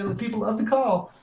and people love to call,